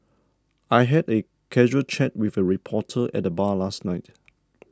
I had a casual chat with a reporter at the bar last night